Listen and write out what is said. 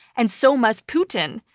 and so must putin,